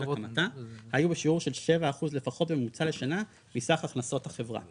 הקמתה היו בשיעור של 7% לפחות בממוצע לשנה מסך הכנסות החברה,